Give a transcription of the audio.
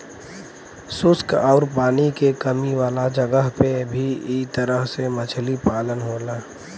शुष्क आउर पानी के कमी वाला जगह पे भी इ तरह से मछली पालन होला